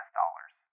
dollars